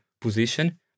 position